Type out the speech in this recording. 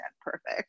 perfect